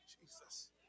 Jesus